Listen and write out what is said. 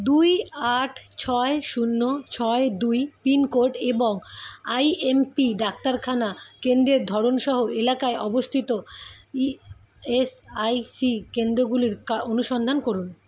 দুই আট ছয় শূন্য ছয় দুই পিনকোড এবং আইএমপি ডাক্তারখানা কেন্দ্রের ধরনসহ এলাকায় অবস্থিত ইএসআইসি কেন্দ্রগুলির কা অনুসন্ধান করুন